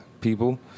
people